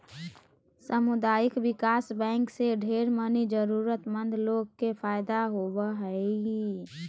सामुदायिक विकास बैंक से ढेर मनी जरूरतमन्द लोग के फायदा होवो हय